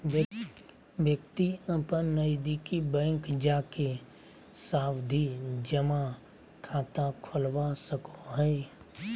व्यक्ति अपन नजदीकी बैंक जाके सावधि जमा खाता खोलवा सको हय